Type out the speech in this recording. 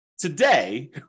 Today